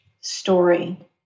story